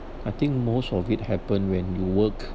I think most of it happen when you work